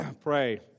pray